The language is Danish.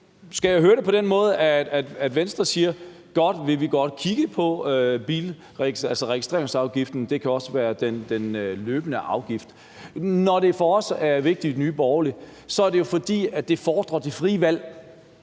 skal jeg høre det på den måde, at Venstre siger, at man godt vil kigge på registreringsafgiften, og at det også kan være den løbende afgift? Når det for os i Nye Borgerlige er vigtigt, er det jo, fordi det fordrer det frie valg.